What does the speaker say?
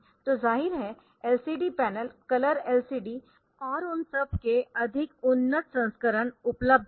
तो ज़ाहिर है LCD पैनल कलर LCD और उनसब के अधिक उन्नत संस्करण उपलब्ध है